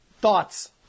thoughts